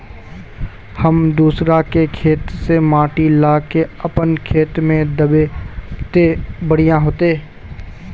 हम दूसरा के खेत से माटी ला के अपन खेत में दबे ते बढ़िया होते?